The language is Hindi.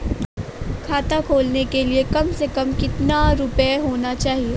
खाता खोलने के लिए कम से कम कितना रूपए होने चाहिए?